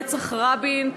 רצח רבין,